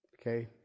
Okay